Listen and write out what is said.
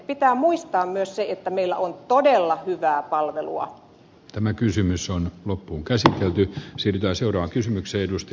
pitää muistaa myös se että meillä on todella hyvää palvelua tämä kysymys on loppuunkäsitelty sitä seuraa kysymyksen edusti